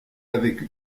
avec